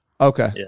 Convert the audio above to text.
Okay